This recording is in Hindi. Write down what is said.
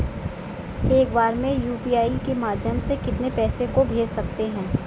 एक बार में यू.पी.आई के माध्यम से कितने पैसे को भेज सकते हैं?